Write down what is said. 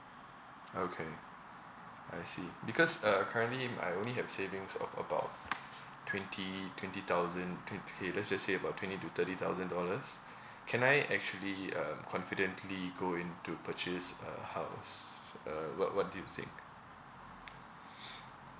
okay I see because uh currently m~ I only have savings of about twenty twenty thousand twenty K let's just say about twenty to thirty thousand dollars can I actually uh confidently go into purchase a house uh what what do you think